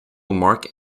mark